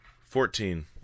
Fourteen